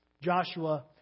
Joshua